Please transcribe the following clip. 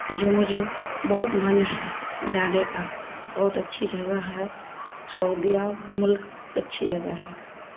جو مجھے بہت من ہے جانے کا بہت اچھی جگہ ہے سعودیہ ملک بہت اچھی جگہ ہے